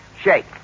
Shake